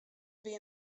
wie